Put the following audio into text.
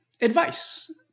advice